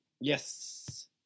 Yes